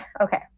Okay